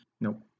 Nope